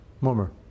murmur